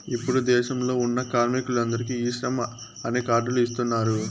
ఇప్పుడు దేశంలో ఉన్న కార్మికులందరికీ ఈ శ్రమ్ అనే కార్డ్ లు ఇస్తున్నారు